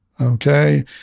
Okay